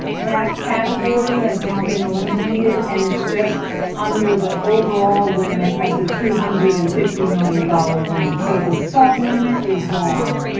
that category has now been illuminated an it's just under the overall limit of the two hundred and fifty million dollar limit, so the sub limit is gone,